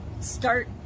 start